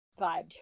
vibe